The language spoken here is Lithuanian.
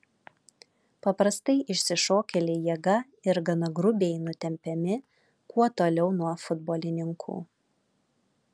paprastai išsišokėliai jėga ir gana grubiai nutempiami kuo toliau nuo futbolininkų